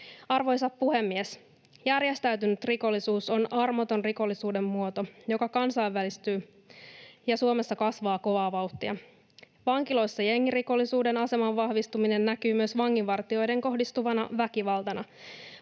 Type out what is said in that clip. Arvoisa puhemies! Järjestäytynyt rikollisuus on armoton rikollisuuden muoto, joka kansainvälistyy ja kasvaa Suomessa kovaa vauhtia. Vankiloissa jengirikollisuuden aseman vahvistuminen näkyy myös vanginvartijoihin kohdistuvana väkivaltana.